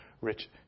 rich